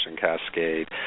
cascade